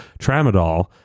Tramadol